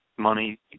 money